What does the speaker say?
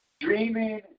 dreaming